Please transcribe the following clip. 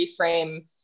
reframe